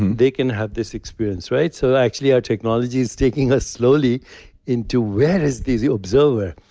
they can have this experience, right? so actually our technology is taking us slowly into where is the the observer?